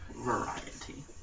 variety